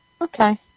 okay